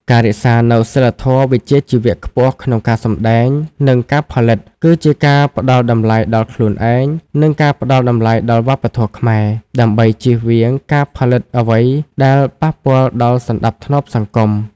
ការរក្សានូវសីលធម៌វិជ្ជាជីវៈខ្ពស់ក្នុងការសម្ដែង និងការផលិត គឺជាការផ្ដល់តម្លៃដល់ខ្លួនឯង និងការផ្ដល់តម្លៃដល់វប្បធម៌ខ្មែរ ដើម្បីចៀសវាងការផលិតអ្វីដែលប៉ះពាល់ដល់សណ្ដាប់ធ្នាប់សង្គម។